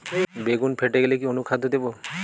বেগুন ফেটে গেলে কি অনুখাদ্য দেবো?